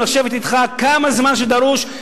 לשבת אתך כמה זמן שדרוש,